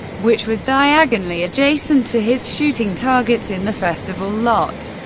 which was diagonally adjacent to his shooting targets in the festival lot.